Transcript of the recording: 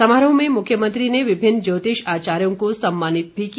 समारोह में मुख्यमंत्री ने विभिन्न ज्योतिष आचार्यों को सम्मानित भी किया